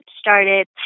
started